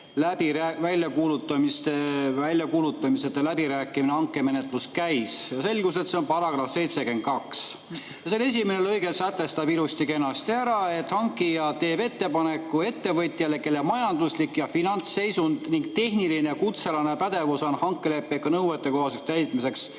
alusel see väljakuulutamiseta läbirääkimisega hankemenetlus käis. Selgus, et see on § 72. Selle esimene lõige sätestab ilusti-kenasti ära, et hankija teeb ettepaneku ettevõtjale, kelle majanduslik ja finantsseisund ning tehniline ja kutsealane pädevus on hankelepingu nõuetekohaseks täitmiseks